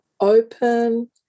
open